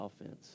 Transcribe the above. offense